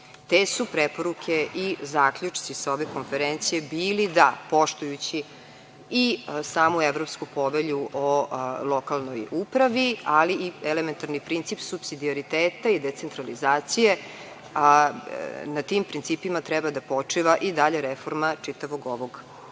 Te su preporuke i zaključci sa ove konferencije bili da poštujući i samu Evropsku povelju o lokalnoj upravi, ali i elementarni princip supsiodioriteta i decentralizacije, a na tim principima treba da počiva i dalje reforma čitavog ovog resora.